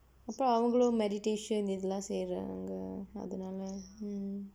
அப்புறம் அவங்களும்:appuram avangkallum meditation இதுதெல்லாம் செய்றாங்க அதனால:itthuellaam seyraangka athanaala